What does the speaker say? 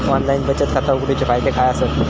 Online बचत खाता उघडूचे फायदे काय आसत?